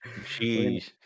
Jeez